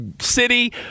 city